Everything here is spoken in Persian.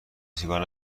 سیگار